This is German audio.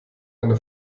eine